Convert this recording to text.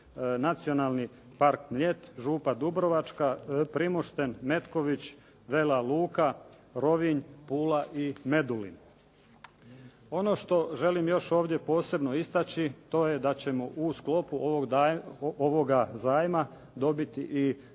Nacionalni park "Mljet", Župa Dubrovačka, Primošten, Metković, Vela Luka, Rovinj, Pula i Medulin. Ono što želim još ovdje posebno istaći, to je da ćemo u sklopu ovoga zajma dobiti i